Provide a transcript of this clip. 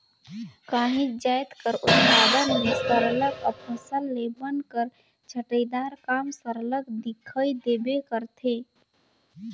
काहींच जाएत कर उत्पादन में सरलग अफसल ले बन कर छंटई दार काम सरलग दिखई देबे करथे